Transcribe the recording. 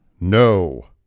no